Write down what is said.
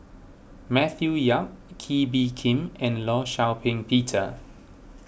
Matthew Yap Kee Bee Khim and Law Shau Ping Peter